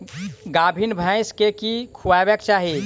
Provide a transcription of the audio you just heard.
गाभीन भैंस केँ की खुएबाक चाहि?